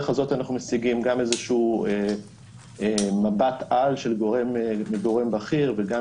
וכך אנו משיגים גם מבט על של גורם בכיר וגם